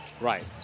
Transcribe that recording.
Right